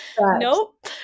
Nope